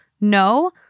No